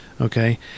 okay